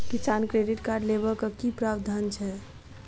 किसान credit card लेबाक की प्रावधान छै?